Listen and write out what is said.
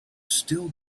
still